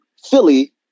Philly